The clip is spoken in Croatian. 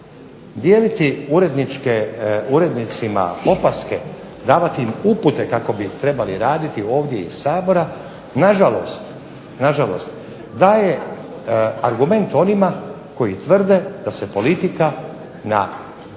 Dijeliti urednicima opaske, davati im upute kako bi trebali raditi ovdje iz Sabora na žalost daje argument onima koji tvrde da se politika na